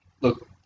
look